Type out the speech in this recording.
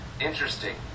Interesting